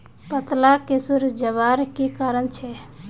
पत्ताला सिकुरे जवार की कारण छे?